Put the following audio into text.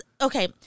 okay